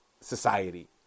society